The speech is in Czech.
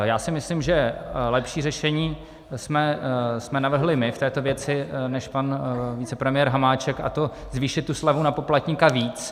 Já si myslím, že lepší řešení jsme navrhli my v této věci než pan vicepremiér Hamáček, a to zvýšit slevu na poplatníka víc.